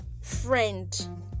friend